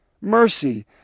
mercy